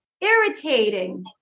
irritating